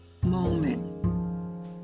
Moment